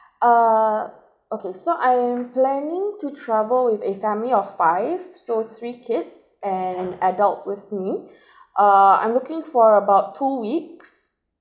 uh okay so I am planning to travel with a family of five so three kids and adult with me uh I'm looking for about two weeks